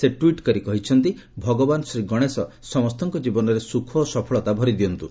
ସେ ଟ୍ୱିଟ୍ କରି କହିଛନ୍ତି ଭଗବାନ ଶ୍ରୀଗଣେଶ ସମସ୍ତଙ୍କ ଜୀବନରେ ସ୍ବଖ ଓ ସଫଳତା ଭରିଦିଅନ୍ତୁ